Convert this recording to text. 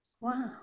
Wow